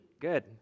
Good